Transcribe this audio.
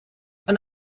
een